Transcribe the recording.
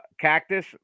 Cactus